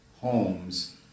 homes